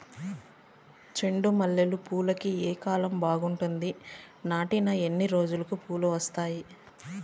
చెండు మల్లె పూలుకి ఏ కాలం బావుంటుంది? నాటిన ఎన్ని రోజులకు పూలు వస్తాయి?